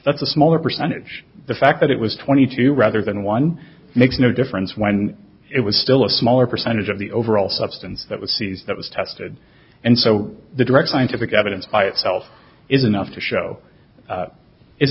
that's a smaller percentage the fact that it was twenty two rather than one makes no difference when it was still a smaller percentage of the overall substance that was seized that was tested and so the direct scientific evidence by itself is enough to show